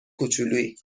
کوچولویی